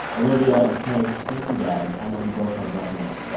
olivia, mckay, thank you guys. i know you both had rough nights yeah